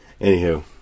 Anywho